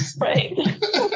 Right